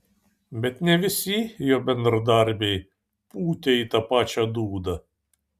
bet ne visi jo bendradarbiai pūtė į tą pačią dūdą